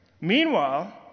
Meanwhile